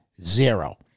Zero